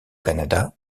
canada